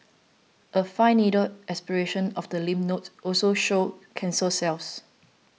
a fine needle aspiration of the lymph nodes also showed cancer cells